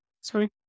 Sorry